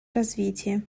развития